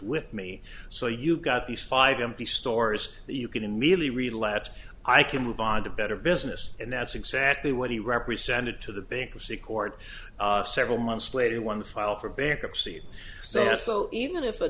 with me so you've got these five empty stores that you can immediately relax i can move on to better business and that's exactly what he represented to the bankruptcy court several months later one file for bankruptcy so yes so even if